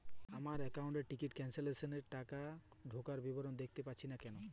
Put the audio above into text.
আমার একাউন্ট এ ticket cancellation এর টাকা ঢোকার বিবরণ দেখতে পাচ্ছি না কেন?